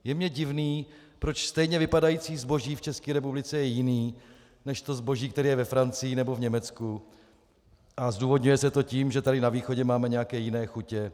Je mně divné, proč stejně vypadající zboží v České republice je jiné než to zboží, které je ve Francii nebo v Německu, a zdůvodňuje se to tím, že tady na východě máme nějaké jiné chutě.